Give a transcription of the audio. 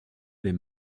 les